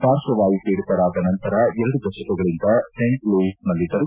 ಪಾರ್ಕ್ಷವಾಯು ಪೀಡಿತರಾದ ನಂತರ ಎರಡು ದಶಕಗಳಿಂದ ಸೆಂಟ್ ಲೂಯಿಸ್ನಲ್ಲಿದ್ದರು